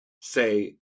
Say